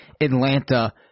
Atlanta